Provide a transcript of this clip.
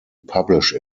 publish